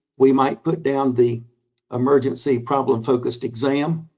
we might put down the emergency problem-focused exam,